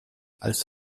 als